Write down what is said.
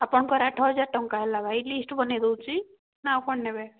ଆପଣଙ୍କର ଆଠହଜାର ଟଙ୍କା ହେଲା ଭାଇ ଲିଷ୍ଟ ବନେଇ ଦେଉଛି ନା ଆଉ କ'ଣ ନେବେ